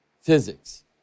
physics